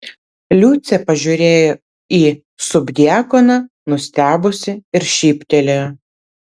liucė pažiūrėjo į subdiakoną nustebusi ir šyptelėjo